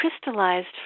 crystallized